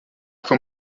from